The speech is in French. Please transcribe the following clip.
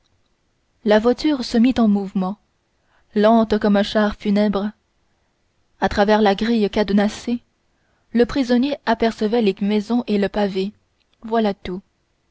la voiture se mit en mouvement lente comme un char funèbre à travers la grille cadenassée le prisonnier apercevait les maisons et le pavé voilà tout